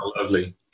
lovely